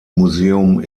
museum